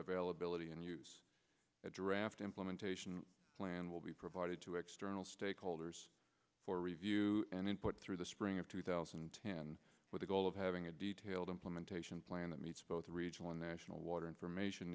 availability and use a draft implementation plan will be provided to external stakeholders for review and input through the spring of two thousand and ten with the goal of having a detailed implementation plan that meets both regional and national water information